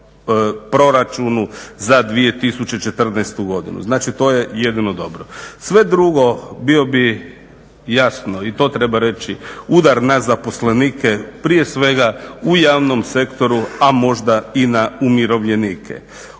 proračunu za 2014.godinu, znači to je jedino dobro. Sve drugo bio bi jasno i to treba reći, udar na zaposlenike, prije svega u javnom sektoru, a možda i na umirovljenike.